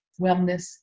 wellness